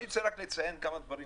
אני רוצה רק לציין כמה דברים,